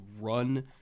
run